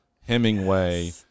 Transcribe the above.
Hemingway